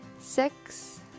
six